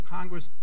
Congress